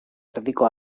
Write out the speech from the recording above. erdiko